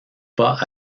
pas